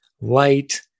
light